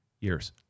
Years